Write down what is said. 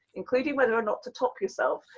including whether or not to top yourself,